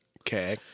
Okay